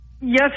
Yes